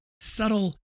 subtle